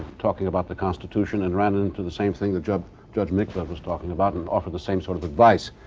talking about the constitution, and ran into the same thing that judge judge mikva was talking about, and often the same sort of advice.